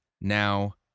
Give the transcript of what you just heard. now